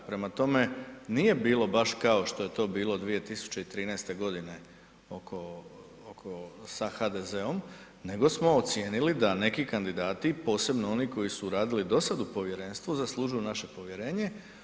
Prema tome, nije bilo baš kao što je to bilo 2013. godine oko, sa HDZ-om nego smo ocijenili da neki kandidati, posebno oni koji su radili do sad u povjerenstvu, zaslužuju naše povjerenje.